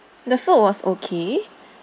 the food was okay